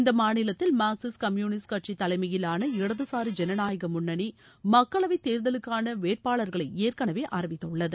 இந்த மாநிலத்தில் Marxist communist கட்சி தலைமயிலான இடதுசாரி ஜனநாயக முன்னணி மக்களவைத் தேர்தலுக்கான வேட்பாளர்களை ஏற்கனவே அறிவித்துள்ளது